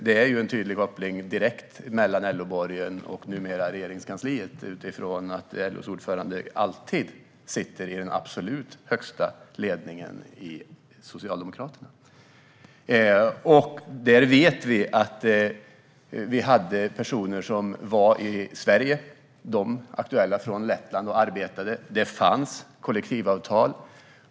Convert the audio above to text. Det finns nämligen en direkt koppling mellan LO-borgen och, numera, Regeringskansliet eftersom LO:s ordförande alltid sitter i den absolut högsta ledningen i Socialdemokraterna. I det fallet hade vi personer från Lettland som var i Sverige och arbetade. Det fanns kollektivavtal.